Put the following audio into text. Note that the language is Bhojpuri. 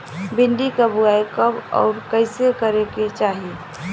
भिंडी क बुआई कब अउर कइसे करे के चाही?